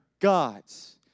gods